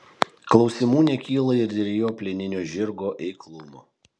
klausimų nekyla ir dėl jo plieninio žirgo eiklumo